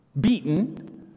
beaten